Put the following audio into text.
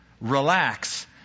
relax